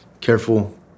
careful